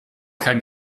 kein